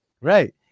Right